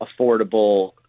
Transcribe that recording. affordable